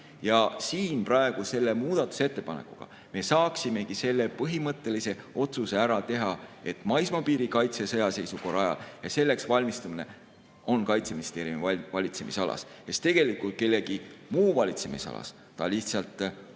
Ja siin praegu selle muudatusettepanekuga me saaksimegi selle põhimõttelise otsuse ära teha, et maismaapiiri kaitse sõjaseisukorra ajal ja selleks valmistumine on Kaitseministeeriumi valitsemisalas. Tegelikult kellegi muu valitsemisalas ta lihtsalt